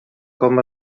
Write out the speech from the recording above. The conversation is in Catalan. com